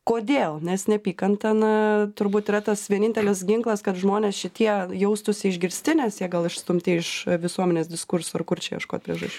kodėl nes neapykanta na turbūt yra tas vienintelis ginklas kad žmonės šitie jaustųsi išgirsti nes jie gal išstumti iš visuomenės diskurso ar kur čia ieškot priežasč